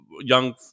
young